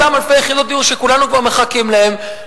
אותן אלפי יחידות דיור שכולנו מחכים להן,